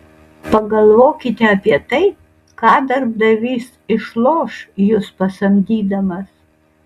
pagalvokite apie tai ką darbdavys išloš jus pasamdydamas